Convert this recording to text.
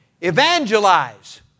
Evangelize